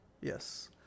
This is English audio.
Yes